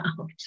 out